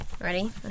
Ready